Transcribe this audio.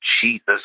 Jesus